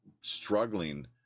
struggling